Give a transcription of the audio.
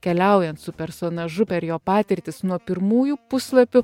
keliaujant su personažu per jo patirtis nuo pirmųjų puslapių